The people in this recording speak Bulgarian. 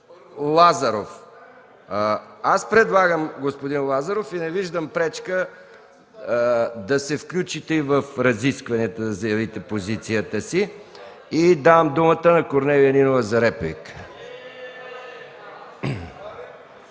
Лазаров. Аз предлагам, господин Лазаров, и не виждам пречка да се включите в разискванията и да заявите позицията си. Давам думата на Корнелия Нинова за реплика.